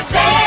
Say